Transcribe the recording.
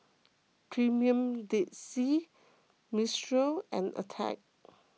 Premier Dead Sea Mistral and Attack